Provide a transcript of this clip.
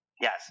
yes